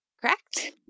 correct